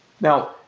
Now